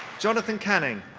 jonathan canning.